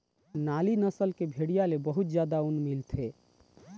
नाली नसल के भेड़िया ले बहुत जादा ऊन मिलथे